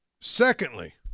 Secondly